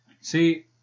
See